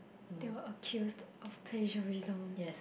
they were accused of plagiarism